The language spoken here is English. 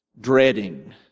dreading